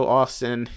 Austin